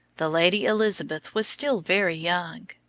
the lady elizabeth was still very young.